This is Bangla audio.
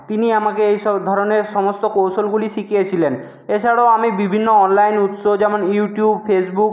তিনি আমাকে এই সব ধরণের সমস্ত কৌশলগুলি শিখিয়েছিলেন এছাড়াও আমি বিভিন্ন অনলাইন উৎস যেমন ইউটিউব ফেসবুক